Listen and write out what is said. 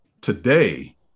today